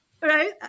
right